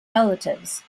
relatives